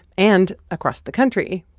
and across the country,